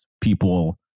people